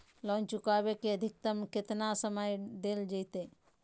Loan चुकाबे के अधिकतम केतना समय डेल जयते?